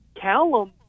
Callum